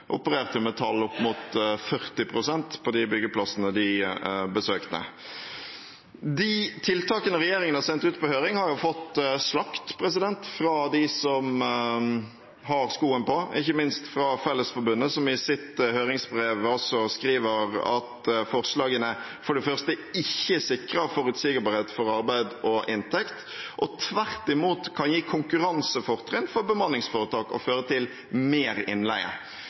opererte med tall opp mot 40 pst. på de byggeplassene de besøkte. De tiltakene regjeringen har sendt ut på høring, har jo fått slakt fra dem som vet hvor skoen trykker, ikke minst fra Fellesforbundet, som i sitt høringsbrev skriver at forslagene for det første ikke sikrer forutsigbarhet for arbeid og inntekt, men tvert imot kan gi konkurransefortrinn for bemanningsforetak og føre til mer innleie.